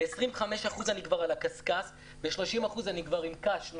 ב-25% אני על הקשקש, ב-30% אני נושם עם קש.